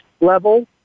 level